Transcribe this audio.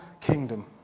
kingdom